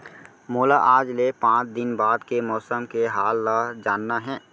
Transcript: मोला आज ले पाँच दिन बाद के मौसम के हाल ल जानना हे?